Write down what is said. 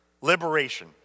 Liberation